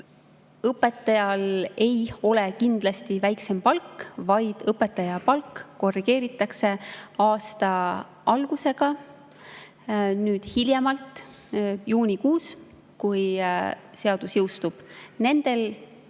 Õpetajal ei ole kindlasti väiksem palk, vaid õpetaja palk korrigeeritakse aasta algusega hiljemalt juunikuus, kui seadus jõustub, nendes